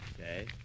Okay